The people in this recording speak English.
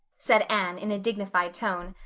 said anne, in a dignified tone.